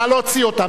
נא להוציא אותם,